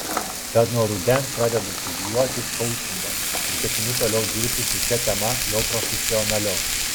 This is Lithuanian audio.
tad nuo rudens pradedu studijuoti koučingą ir ketinu toliau dirbti su šia tema jau profesionaliau